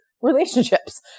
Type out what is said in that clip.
relationships